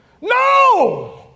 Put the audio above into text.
No